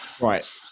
Right